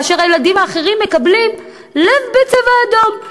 כאשר הילדים האחרים מקבלים לב בצבע אדום.